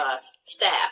staff